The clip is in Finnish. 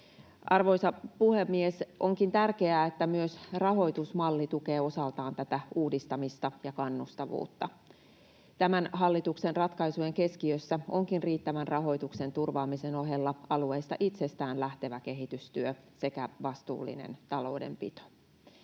Arvoisa puhemies! Onkin tärkeää, että myös rahoitusmalli tukee osaltaan tätä uudistamista ja kannustavuutta. Tämän hallituksen ratkaisujen keskiössä ovatkin riittävän rahoituksen turvaamisen ohella alueista itsestään lähtevä kehitystyö sekä vastuullinen taloudenpito.